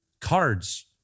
cards